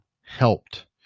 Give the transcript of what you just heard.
helped